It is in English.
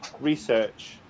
research